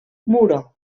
muro